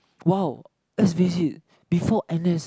!wow! let's face it before n_s